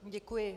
Děkuji.